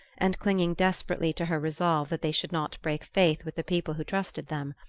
and clinging desperately to her resolve that they should not break faith with the people who trusted them.